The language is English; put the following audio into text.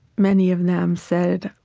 many of them said,